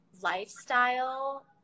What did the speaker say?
lifestyle